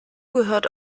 gehört